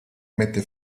mette